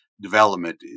development